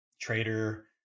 trader